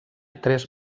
tres